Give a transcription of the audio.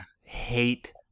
hate